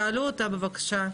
תעלו אותה בבקשה.